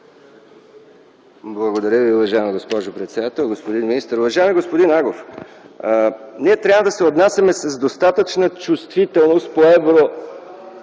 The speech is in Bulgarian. Благодаря, уважаема госпожо председател. Господин министър! Уважаеми господин Агов, ние трябва да се отнасяме с достатъчна чувствителност по